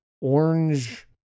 orange